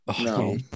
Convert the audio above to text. No